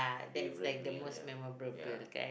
favourite meal ya ya